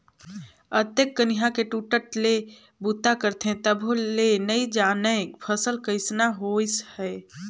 अतेक कनिहा के टूटट ले बूता करथे तभो ले नइ जानय फसल कइसना होइस है